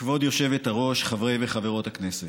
כבוד היושבת-ראש, חברי וחברות הכנסת,